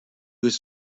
was